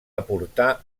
aportar